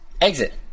Exit